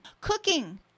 Cooking